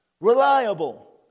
Reliable